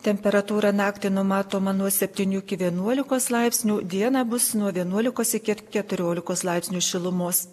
temperatūra naktį numatoma nuo septynių iki vienuolikos laipsnių dieną bus nuo vienuolikos iki keturiolikos laipsnių šilumos